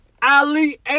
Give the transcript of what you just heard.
Ali